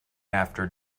after